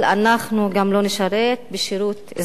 אנחנו גם לא נשרת בשירות אזרחי,